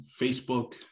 Facebook